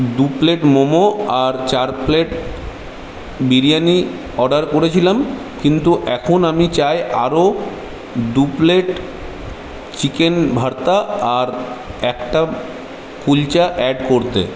দু প্লেট মোমো আর চার প্লেট বিরিয়ানি অর্ডার করেছিলাম কিন্তু এখন আমি চাই আরও দু প্লেট চিকেন ভর্তা আর একটা কুলচা অ্যাড করতে